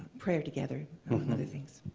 prayer together and other things?